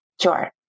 Sure